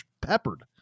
peppered